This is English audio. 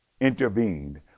intervened